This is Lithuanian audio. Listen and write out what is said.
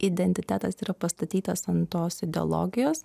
identitetas yra pastatytas ant tos ideologijos